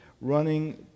running